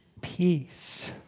peace